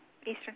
Eastern